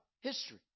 history